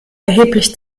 erheblich